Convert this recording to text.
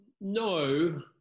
no